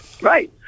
Right